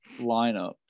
lineup